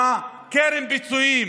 מקרן הפיצויים.